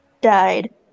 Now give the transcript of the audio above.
died